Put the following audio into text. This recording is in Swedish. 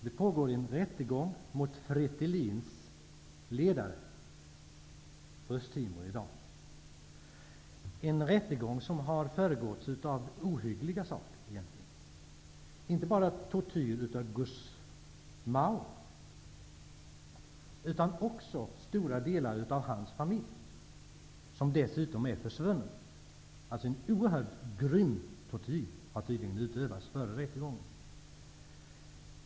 Det pågår en rättegång mot FRETELIN:s ledare på Östtimor. Det är en rättegång som har föregåtts av ohyggliga saker, tortyr inte bara av Gusmao utan också stora delar av hans familj, som dessutom är försvunnen. En oerhört grym tortyr har tydligen utövats före rättegången.